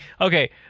okay